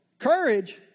Courage